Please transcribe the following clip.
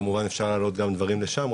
כמובן אפשר להעלות גם דברים לשם,